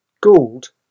Gould